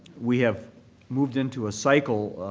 we have moved into a cycle,